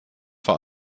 vor